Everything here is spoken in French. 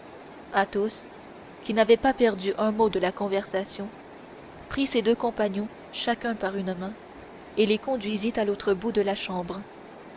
à l'écrire athos qui n'avait pas perdu un mot de la conversation prit ses deux compagnons chacun par une main et les conduisit à l'autre bout de la chambre